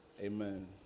Amen